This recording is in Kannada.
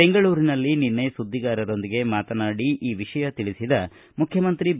ಬೆಂಗಳೂರಿನಲ್ಲಿ ನಿನ್ನೆ ಸುದ್ದಿಗಾರರೊಂದಿಗೆ ಮಾತನಾಡಿ ಈ ವಿಷಯ ತಿಳಿಸಿದ ಮುಖ್ಯಮಂತ್ರಿ ಬಿ